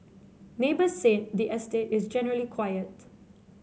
neighbours said the estate is generally quiet